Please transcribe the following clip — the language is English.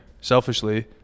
Selfishly